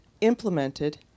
implemented